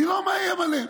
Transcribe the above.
צילו מאיים עליהם.